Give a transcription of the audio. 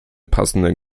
passenden